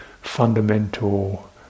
fundamental